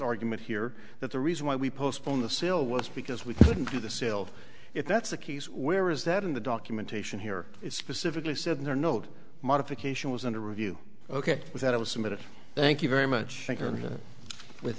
argument here that the reason why we postponed the sale was because we couldn't do the sale if that's the case where is that in the documentation here it specifically said in their note modification was under review ok with that it was submitted thank you very much